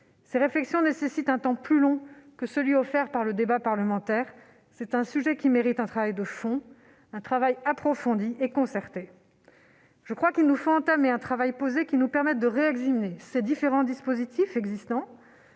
Ces réflexions nécessitent un temps plus long que celui qui est offert par le débat parlementaire. C'est un sujet qui mérite un travail de fond, approfondi et concerté. Je crois qu'il nous faut entamer un travail posé nous permettant de réexaminer les différents dispositifs existants,